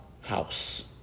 house